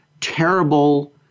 terrible